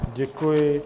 Děkuji.